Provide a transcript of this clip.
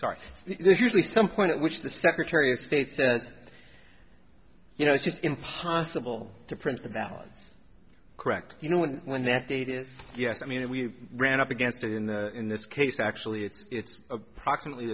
start usually some point at which the secretary of state says you know it's just impossible to print the balance correct you know when when that date is yes i mean we ran up against it in the in this case actually it's approximately